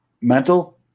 mental